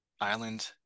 Island